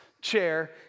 chair